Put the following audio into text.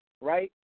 right